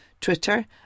Twitter